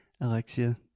Alexia